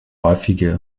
häufige